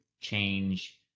change